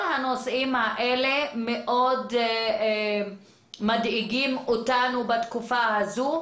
כל הנושאים האלה מאוד מדאיגים אותנו בתקופה הזו,